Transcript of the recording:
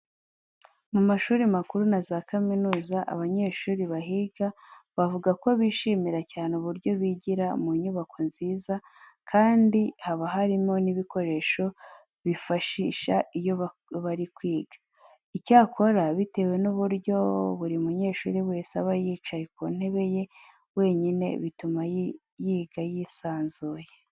Mu mashuri makuru na za kaminuza abanyeshuri bahiga bavuga ko bishimira cyane uburyo bigira mu nyubako nziza kandi haba harimo n'ibikoresho bifashisha iyo bari kwiga. Icyakora bitewe n'uburyo buri munyeshuri wese aba yicaye ku ntebe ye wenyine, bituma yiga yisanzuye.